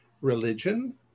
religion